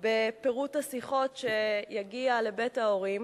בפירוט השיחות שיגיע לבית ההורים.